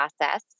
process